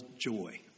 joy